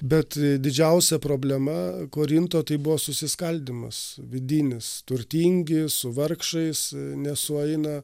bet didžiausia problema korinto tai buvo susiskaldymas vidinis turtingi su vargšais nesueina